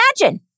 imagine